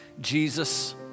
Jesus